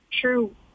true